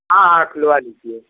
हाँ हाँ खुलवा लीजिए